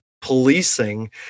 policing